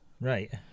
Right